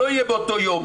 לא יהיה באותו יום.